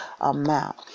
amount